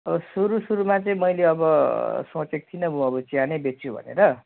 अब सुरुसुरुमा चाहिँ मैले अब सोचेको थिइनँ म अब चिया नै बेच्छु भनेर